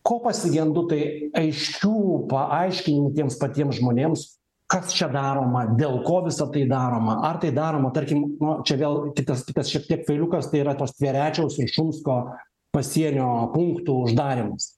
ko pasigendu tai aiškių paaiškinimų tiems patiems žmonėms kas čia daroma dėl ko visa tai daroma ar tai daroma tarkim nu čia vėl kitas kitas šiek tiek failiukas tai yra tas tverečiaus šumsko pasienio punkto uždarymas